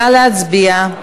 נא להצביע.